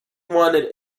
wanted